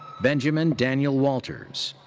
benjamin daniel walters.